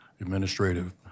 administrative